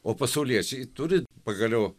o pasauliečiai turi pagaliau